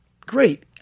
great